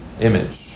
image